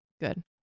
Good